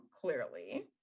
clearly